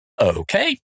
Okay